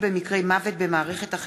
לא מקבלים/ות את הפנסיה המעודכנת כי אין נוסחה